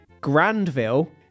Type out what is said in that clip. Grandville